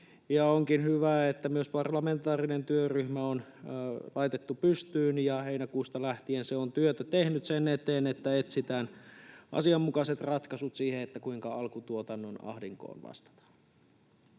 onkin hyvä, että myös parlamentaarinen työryhmä on laitettu pystyyn ja heinäkuusta lähtien se on työtä tehnyt sen eteen, että etsitään asianmukaiset ratkaisut siihen, kuinka alkutuotannon ahdinkoon vastataan.